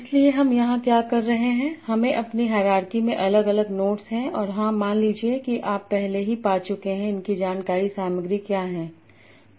इसलिए हम यहां क्या कर रहे हैं हमें अपनी हायरार्की में अलग अलग नोड्स हैं हां और मान लीजिए कि आप पहले ही पा चुके हैं उनकी जानकारी सामग्री क्या है